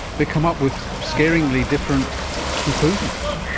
they come up with scarily different conclusions.